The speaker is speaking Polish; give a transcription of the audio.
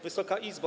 Wysoka Izbo!